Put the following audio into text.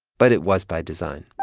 but it was by design